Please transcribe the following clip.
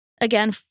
Again